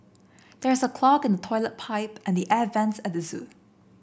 there is a clog in toilet pipe and the air vents at the zoo